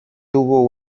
tuvo